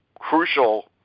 crucial